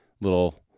little